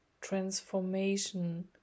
transformation